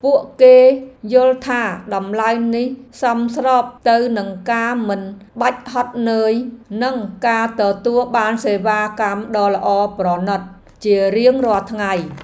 ពួកគេយល់ថាតម្លៃនេះសមស្របទៅនឹងការមិនបាច់ហត់នឿយនិងការទទួលបានសេវាកម្មដ៏ល្អប្រណីតជារៀងរាល់ថ្ងៃ។